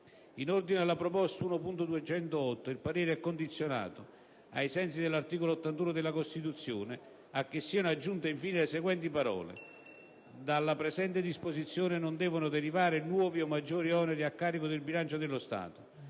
In ordine alla proposta 1.208 il parere è condizionato, ai sensi dell'articolo 81 della Costituzione, a che siano aggiunte infine le seguenti parole: "Dalla presente disposizione non devono derivare nuovi o maggiori oneri a carico del bilancio dello Stato".